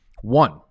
One